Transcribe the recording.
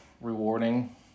rewarding